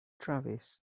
travis